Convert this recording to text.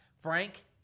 Frank